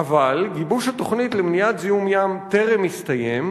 אבל "גיבוש התוכנית למניעת זיהום ים טרם הסתיים,